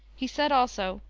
he said, also,